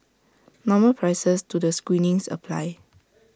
normal prices to the screenings apply